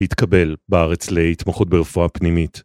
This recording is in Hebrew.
התקבל בארץ להתמחוות ברפואה פנימית